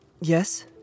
Yes